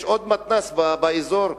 יש עוד מתנ"ס באזור,